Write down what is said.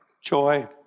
joy